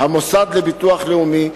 המוסד לביטוח לאומי,